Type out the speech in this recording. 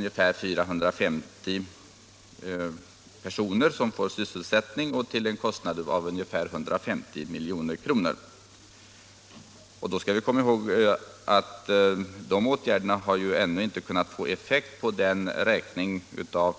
Ungefär 450 personer får sysselsättning till en kostnad av ungefär 150 milj.kr. Vi skall då komma ihåg att denna åtgärd inte har kunnat få någon effekt på den räkning av